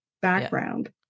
background